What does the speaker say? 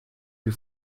più